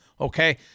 Okay